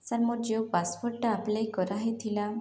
sir ମୋ ଯେଉଁ ପାସ୍ପୋର୍ଟଟା ଆପ୍ଲାଏ କରାହୋଇଥିଲା